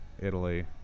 Italy